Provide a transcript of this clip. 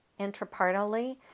intrapartally